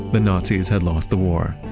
the nazis had lost the war,